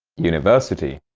university